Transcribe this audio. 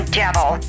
devil